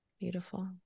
Beautiful